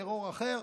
טרור אחר.